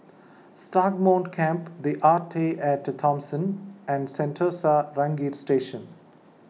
Stagmont Camp the Arte at Thomson and Sentosa Ranger Station